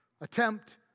Attempt